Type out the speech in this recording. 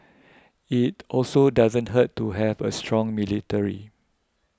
it also doesn't hurt to have a strong military